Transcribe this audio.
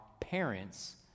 parents